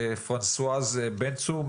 פרנסואז בן צור,